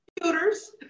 computers